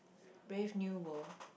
Brave-New-World